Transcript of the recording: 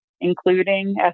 including